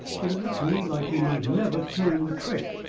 but it looked to me like he might never turn the trick.